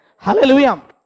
Hallelujah